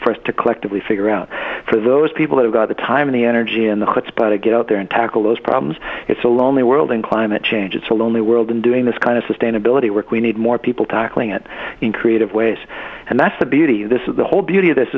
for us to collectively figure out for those people who've got the time and the energy and the chutzpah to get out there and tackle those problems it's a lonely world and climate change it's a lonely world and doing this kind of sustainability work we need more people tackling it in creative ways and that's the beauty this is the whole beauty of this